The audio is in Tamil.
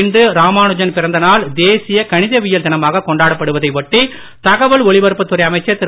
இன்று ராமானுஜன் பிறந்தநாள் தேசிய கணிதவியல் தினமாக கொண்டாடப்படுவதை ஒட்டி தகவல் ஒளிபரப்புத் துறை அமைச்சர் திரு